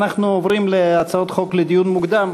אנחנו עוברים להצעות חוק לדיון מוקדם.